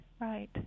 right